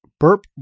Burp